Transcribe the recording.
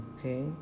Okay